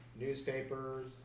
Newspapers